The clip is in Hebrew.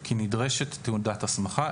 כי נדרשת תעודת הסמכה,